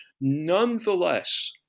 Nonetheless